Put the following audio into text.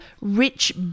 rich